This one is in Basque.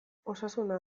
osasuna